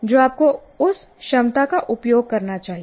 तो आपको उस क्षमता का उपयोग करना चाहिए